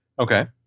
Okay